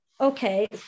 okay